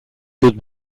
dut